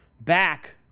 back